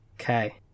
Okay